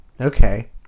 okay